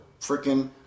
freaking